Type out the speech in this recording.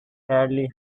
fairly